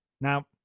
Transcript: now